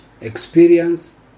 experience